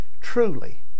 truly